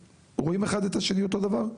רואים אחד את השני אותו דבר?